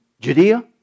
Judea